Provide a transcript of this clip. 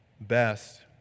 best